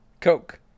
Coke